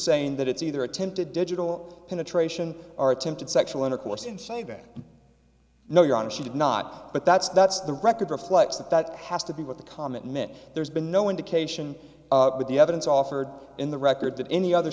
saying that it's either attempted digital penetration or attempted sexual intercourse inside that no your honor she did not but that's that's the record reflects that that has to be what the comment meant there's been no indication with the evidence offered in the record that any other